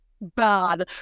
bad